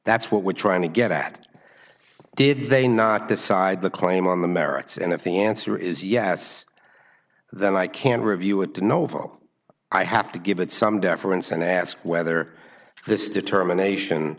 that's what we're trying to get at did they not decide the claim on the merits and if the answer is yes then i can review it to no avail i have to give it some deference and ask whether this determination